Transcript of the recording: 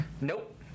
Nope